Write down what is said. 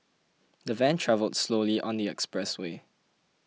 the van travelled slowly on the expressway